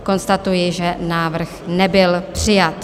Konstatuji, že návrh nebyl přijat.